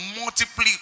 multiply